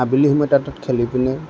আবেলি সময়ত তাত খেলিবলৈ